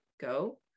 go